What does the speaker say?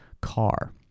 car